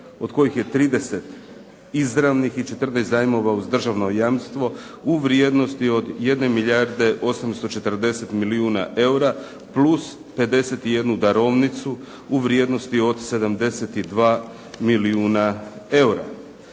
od kojih je 30 izravnih i 14 zajmova uz državno jamstvo u vrijednosti od 1 milijarde 840 milijuna eura plus 51 darovnicu u vrijednosti od 72 milijuna eura.